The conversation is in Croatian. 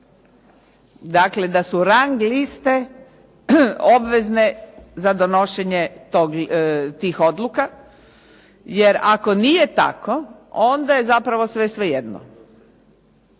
Dakle da su rang liste obvezne za donošenje tih odluka jer ako nije tako onda je zapravo sve svejedno.